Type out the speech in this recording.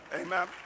Amen